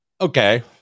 Okay